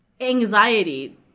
Anxiety